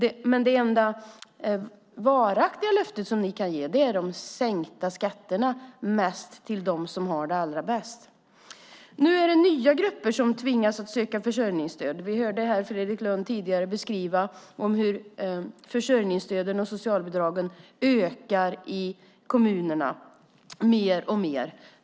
Det enda varaktiga löfte som ni kan ge är de sänkta skatterna, mest till dem som har det allra bäst. Nu är det nya grupper som tvingas söka försörjningsstöd. Vi hörde Fredrik Lundh tidigare beskriva hur försörjningsstöden och socialbidragen ökar i kommunerna mer och mer.